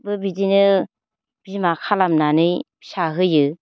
बिदिनो बिमा खालामनानै फिसा होयो